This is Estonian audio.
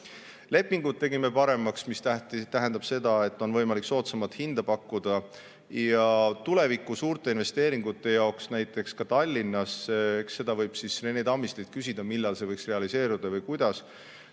Lepingud oleme teinud paremaks, mis tähendab seda, et on võimalik soodsamat hinda pakkuda. Ja tuleviku suurte investeeringute puhul, näiteks Tallinnas – eks selle kohta võib Rene Tammistilt küsida, millal see võiks realiseeruda ja kuidas